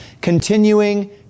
continuing